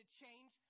change